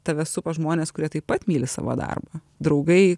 tave supa žmonės kurie taip pat myli savo darbą draugai